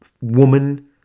woman